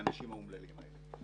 לאנשים האומללים האלה.